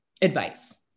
advice